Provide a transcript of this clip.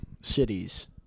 cities